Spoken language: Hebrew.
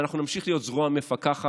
ואנחנו נמשיך להיות זרוע מפקחת,